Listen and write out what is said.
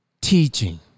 teaching